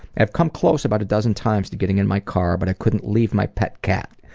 i've come close about a dozen times to getting in my car, but i couldn't leave my pet cat.